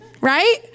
Right